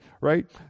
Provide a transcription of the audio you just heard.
Right